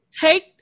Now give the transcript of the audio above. Take